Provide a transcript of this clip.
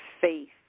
faith